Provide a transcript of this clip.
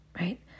right